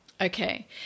Okay